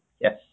yes